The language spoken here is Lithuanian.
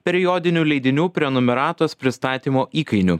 periodinių leidinių prenumeratos pristatymo įkainių